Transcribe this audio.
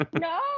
no